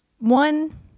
one